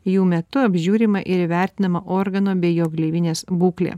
jų metu apžiūrima ir įvertinama organo bei jo gleivinės būklė